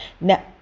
now